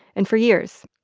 and for years,